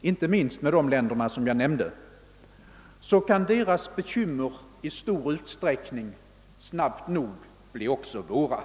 inte minst med de länder jag nämnde, så kan deras bekymmer i stor utsträckning snart nog bli också våra.